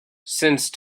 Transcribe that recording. since